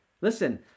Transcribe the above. Listen